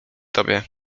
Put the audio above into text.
tobie